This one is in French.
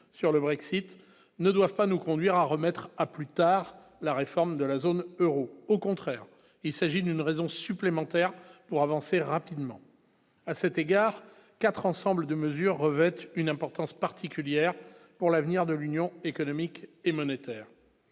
sur le Brexit ne doivent pas nous conduire à remettre à plus tard la réforme de la zone Euro, au contraire, il s'agit d'une raison supplémentaire pour avancer rapidement. à cet égard, 4 ensembles de mesures revêtent une importance particulière pour l'avenir de l'Union économique et monétaire,